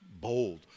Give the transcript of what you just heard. bold